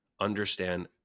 Understand